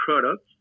products